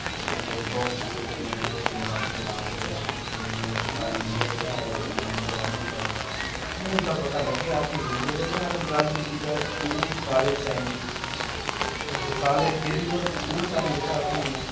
मतलव south pole च जेह्ड़ा चंद्रेयान थ्री लांच होया ऐ तो अरना इंडिया जेह्ड़ा मतलव नंबर बन च आई गेआ हून ते पता लग्गेआ असेंगी पर जो बी ऐ स्कूल कालेज टाईम दी ते कालेज टाईम ते ठीक पर स्कूल टैम